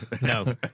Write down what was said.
No